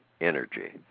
energy